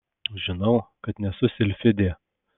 žinau kad nesu silfidė